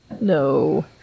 No